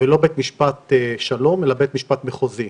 ולא בית משפט שלום אלא בית משפט מחוזי,